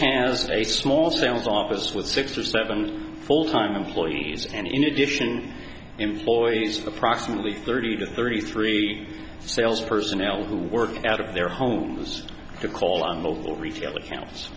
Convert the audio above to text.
has a small sales office with six or seven full time employees and in addition employees for approximately thirty to thirty three sales personnel who work out of their homes to call on the retail accounts